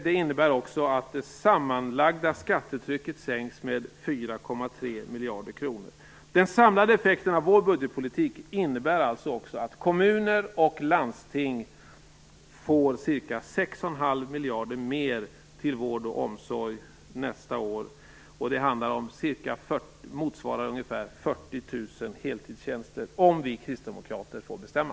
Det innebär att det sammanlagda skattetrycket sänks med 4,3 miljarder kronor. Den samlade effekten av vår budgetpolitik innebär alltså att kommuner och landsting får ca 6,5 miljarder mera till vård och omsorg nästa år. Det motsvarar ungefär 40 000 heltidstjänster om vi kristdemokrater får bestämma.